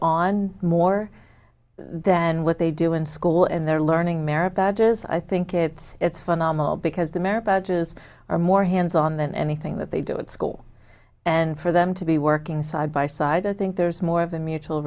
on more than what they do in school and they're learning merit badges i think it's it's phenomenal because the merit badges are more hands on than anything that they do it school and for them to be working side by side i think there's more of a mutual